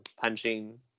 punching